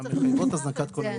המחייבות הזנקת כוננים".